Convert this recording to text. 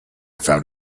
found